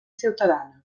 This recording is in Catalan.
ciutadana